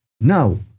Now